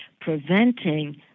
preventing